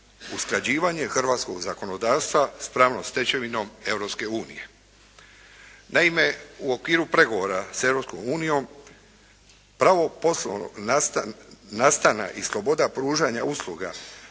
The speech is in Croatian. usklađivanje hrvatskog zakonodavstva s pravnom stečevinom Europske unije. Naime, u okviru pregovora sa Europskom unijom pravo poslovnog nastana i sloboda pružanja usluga